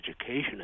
Education